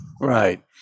Right